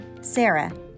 Sarah